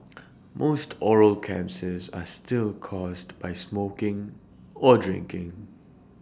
most oral cancers are still caused by smoking or drinking